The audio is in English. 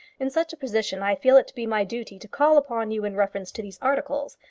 in such a position i feel it to be my duty to call upon you in reference to these articles.